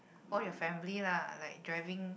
all your family lah like driving